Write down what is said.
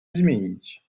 zmienić